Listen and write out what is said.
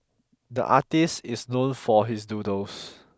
the artist is known for his noodles